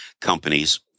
companies